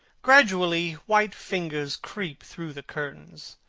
gradually white fingers creep through the curtains,